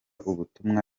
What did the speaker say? ubutumwa